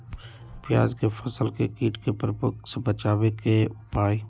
प्याज के फसल के कीट के प्रकोप से बचावे के उपाय?